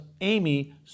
Amy